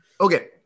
Okay